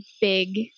big